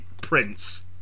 prince